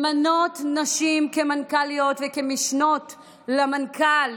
למנות נשים למנכ"ליות ולמשנות למנכ"ל.